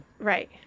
Right